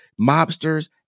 mobsters